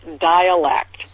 dialect